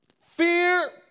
Fear